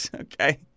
Okay